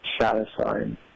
Satisfying